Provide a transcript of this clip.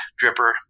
dripper